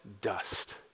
dust